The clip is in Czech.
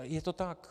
Je to tak.